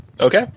Okay